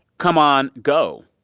come on. go.